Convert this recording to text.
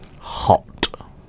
Hot